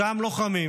אותם לוחמים,